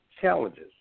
challenges